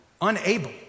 Unable